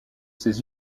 ces